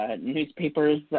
newspapers